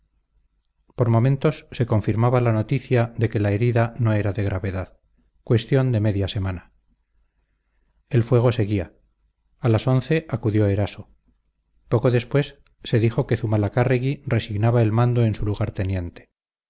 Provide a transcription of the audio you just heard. por momentos se confirmaba la noticia de que la herida no era de gravedad cuestión de media semana el fuego seguía a las once acudió eraso poco después se dijo que zumalacárregui resignaba el mando en su